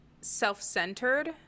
self-centered